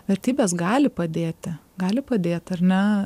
vertybės gali padėti gali padėt ar ne